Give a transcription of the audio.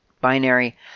Binary